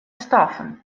stoffen